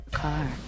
car